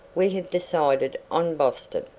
we have decided on boston.